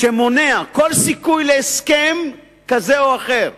מונע כל סיכוי להסכם כזה או אחר,